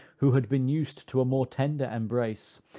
who had been used to a more tender embrace,